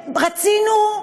שרצינו,